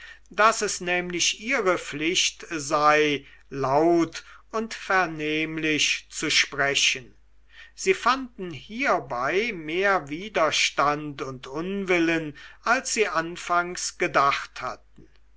daß es nämlich ihre pflicht sei laut und vernehmlich zu sprechen sie fanden hierbei mehr widerstand und unwillen als sie anfangs gedacht hatten